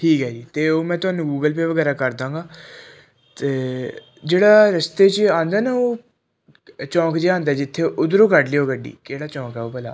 ਠੀਕ ਹੈ ਜੀ ਅਤੇ ਉਹ ਤੁਹਾਨੂੰ ਗੂਗਲ ਪੇ ਵਗੈਰਾ ਕਰ ਦਾਂਗਾ ਅਤੇ ਜਿਹੜਾ ਰਸਤੇ 'ਚ ਆਉਂਦਾ ਨਾ ਉਹ ਚੌਂਕ ਜਿਹਾ ਆਉਂਦਾ ਜਿੱਥੇ ਉੱਧਰੋਂ ਕੱਢ ਲਿਓ ਗੱਡੀ ਕਿਹੜਾ ਚੌਂਕ ਹੈ ਉਹ ਭਲਾ